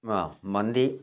ആ മന്തി